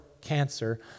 cancer